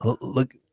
Look